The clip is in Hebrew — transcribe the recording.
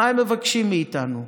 מה הם מבקשים מאיתנו?